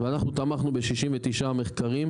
ואנחנו תמכנו ב-69 מחקרים.